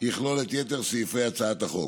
יכלול את יתר סעיפי הצעת החוק.